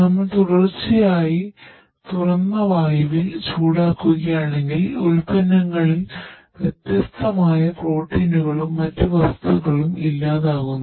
നമ്മൾ തുടർച്ചയായി തുറന്ന വായുവിൽ ചൂടാക്കുകയാണെങ്കിൽ ഉൽപ്പന്നങ്ങളിൽ വ്യത്യസ്തമായ പ്രോട്ടീനുകളും മറ്റ് വസ്തുക്കളും ഇല്ലാതാക്കുന്നു